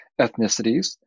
ethnicities